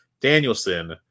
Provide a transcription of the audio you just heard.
Danielson